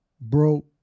broke